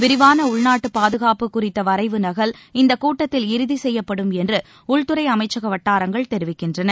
விரிவான உள்நாட்டு பாதுகாப்பு குறித்த வரைவு நகல் இந்தக் கூட்டத்தில் இறுதி செய்யப்படும் என்று உள்துறை அமைச்சக வட்டாரங்கள் தெரிவிக்கின்றன